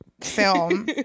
film